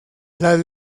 las